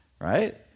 Right